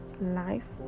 life